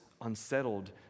unsettled